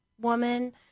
woman